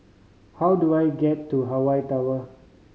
how do I get to Hawaii Tower